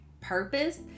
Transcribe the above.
purpose